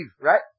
right